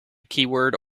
keyword